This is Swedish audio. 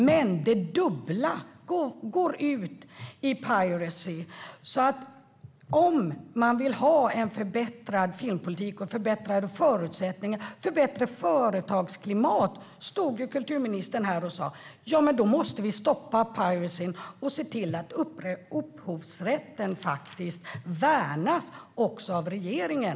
Men det dubbla går ut i piracy, så om man vill ha en förbättrad filmpolitik och förbättrade förutsättningar och ett bättre företagsklimat, som kulturministern stod här och sa, då måste vi stoppa denna piracy och se till att upphovsrätten värnas också av regeringen.